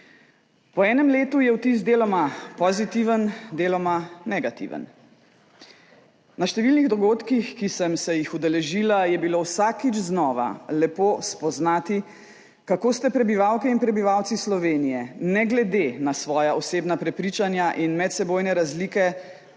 Po enem letu je vtis deloma pozitiven, deloma negativen. Na številnih dogodkih, ki sem se jih udeležila, je bilo vsakič znova lepo spoznati, kako ste prebivalke in prebivalci Slovenije ne glede na svoja osebna prepričanja in medsebojne razlike